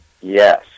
Yes